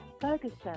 Ferguson